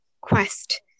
quest